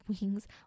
wings